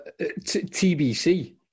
TBC